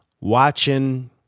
watching